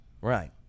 right